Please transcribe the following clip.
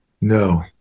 no